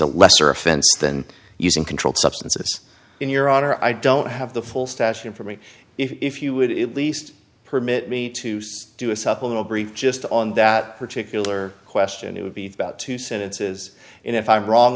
a lesser offense than using controlled substances in your honor i don't have the full stash in for me if you would at least permit me to say do a supplemental brief just on that particular question it would be about two sentences and if i'm wrong